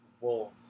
Wolves